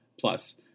plus